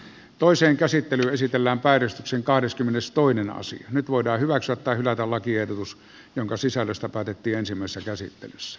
toisen käsittelyn esitellään päivystyksen kahdeskymmenestoinen osa nyt voidaan hyväksyä tai hylätä lakiehdotus jonka sisällöstä päätettiin ensimmäisessä käsittelyssä